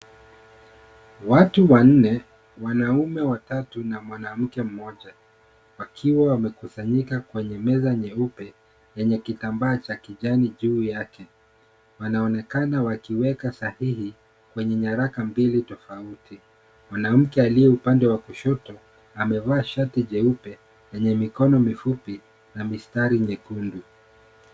Watu wanne, wanaume watatu na mwanamke mmoja wakiwa wamekusanyika kwenye meza nyeupe yenye kitambaa cha kijani juu yake wanaonekana wakiweka sahihi kwenye nyaraka mbili tofauti. Mwanamke aliye upande wa kushoto amevaa shati jeupe yenye mikono mifupi na mistari mekundu.